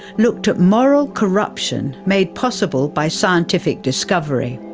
looked at moral corruption made possible by scientific discovery.